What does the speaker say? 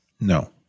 No